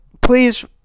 please